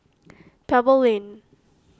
Pebble Lane